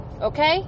okay